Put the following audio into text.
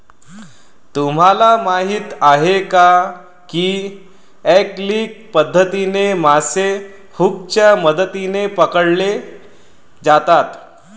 तुम्हाला माहीत आहे का की एंगलिंग पद्धतीने मासे हुकच्या मदतीने पकडले जातात